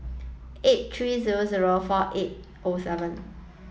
eight three zero zero four eight O seven